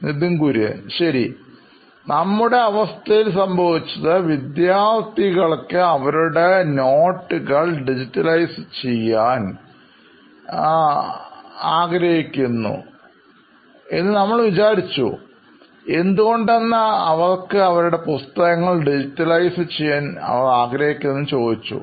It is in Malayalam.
നിതിൻ കുര്യൻ സിഒഒനോയിൻ ഇലക്ട്രോണിക്സ് ശരി നമ്മുടെ അവസ്ഥയിൽ സംഭവിച്ചത് വിദ്യാർഥികൾക്ക് അവരുടെ കുറിപ്പുകൾ ഡിജിറ്റലൈസ് ചെയ്യാൻ ആഗ്രഹിക്കുന്നു എന്ന് നമ്മൾ കരുതി എന്തുകൊണ്ടാണ് അവർക്ക് അവരുടെ പുസ്തകങ്ങൾ ഡിജിറ്റലൈസ് ചെയ്യാൻ ആഗ്രഹിക്കുന്നത് എന്ന് ചോദിച്ചു